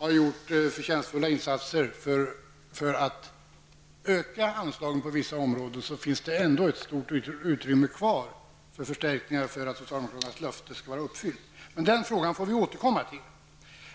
gjort förtjänstfulla insatser för att öka anslagen på vissa områden finns ändå ett stort gap kvar för förstärkningar innan socialdemokraternas löfte är uppfyllt. Men den frågan får vi återkomma till.